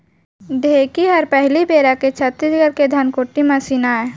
ढेंकी हर पहिली बेरा के छत्तीसगढ़ के धनकुट्टी मसीन आय